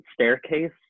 staircase